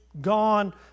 gone